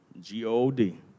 G-O-D